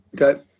Okay